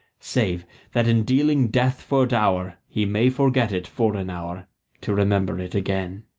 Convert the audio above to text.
save that in dealing death for dower, he may forget it for an hour to remember it again.